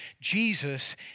Jesus